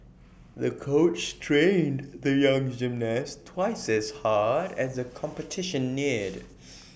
the coach trained the young gymnast twice as hard as the competition neared